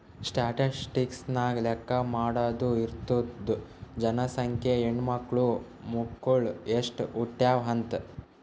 statistics ನಾಗ್ ಲೆಕ್ಕಾ ಮಾಡಾದು ಇರ್ತುದ್ ಜನಸಂಖ್ಯೆ, ಹೆಣ್ಮಕ್ಳು, ಮಕ್ಕುಳ್ ಎಸ್ಟ್ ಹುಟ್ಯಾವ್ ಅಂತ್